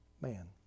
man